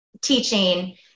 teaching